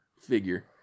figure